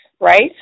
right